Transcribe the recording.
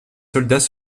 soldats